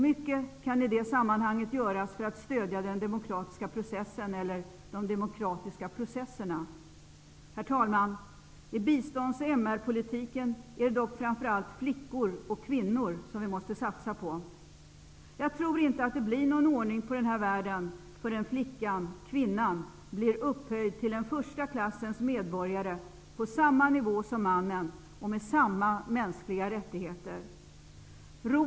Mycket kan i det sammanhanget göras för att stödja den demokratiska processen -- eller de demokratiska processerna. Herr talman! I bistånds och MR-politiken är det dock framför allt flickor och kvinnor som vi måste satsa på. Jag tror inte att det blir någon ordning på denna värld förrän flickan/kvinnan blir upphöjd till en första klassens medborgare på samma nivå som mannen och med samma mänskliga rättigheter.